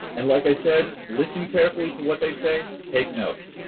and like i said, listen carefully to what they say, take notes.